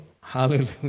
Hallelujah